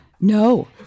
No